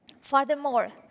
Furthermore